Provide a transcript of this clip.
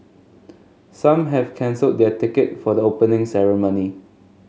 some have cancelled their ticket for the Opening Ceremony